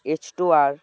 H two R